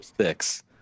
six